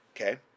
Okay